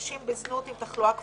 לנשים בזנות עם תחלואה כפולה,